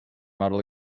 model